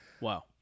Wow